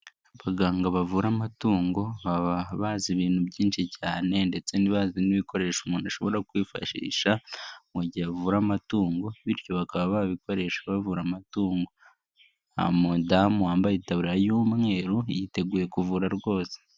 Abaganga bavura amatungo baba bazi ibintu byinshi cyane ndetse ntibazi n'ibikoresho umuntu ashobora kwifashisha mu gihe avura amatungo bityo bakaba babikoresha bavura amatungo. Aha hari mudamu wambaye itaburiya y'umweru yiteguye kuvura rwose.